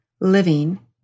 living